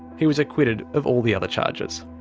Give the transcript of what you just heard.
he was acquitted of all the other charges.